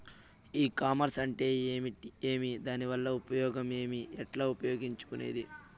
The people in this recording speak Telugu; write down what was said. ఈ కామర్స్ అంటే ఏమి దానివల్ల ఉపయోగం ఏమి, ఎట్లా ఉపయోగించుకునేది?